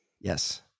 yes